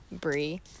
Brie